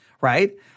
right